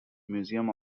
museum